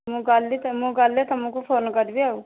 ମୁଁ ମୁଁ ଗଲେ ତୁମକୁ ଫୋନ କରିବି ଆଉ